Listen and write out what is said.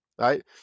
right